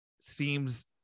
seems